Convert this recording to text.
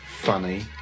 funny